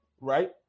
right